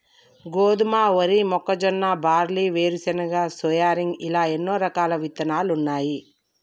గోధుమ, వరి, మొక్కజొన్న, బార్లీ, వేరుశనగ, సోయాగిన్ ఇలా ఎన్నో రకాలు ఇత్తనాలున్నాయి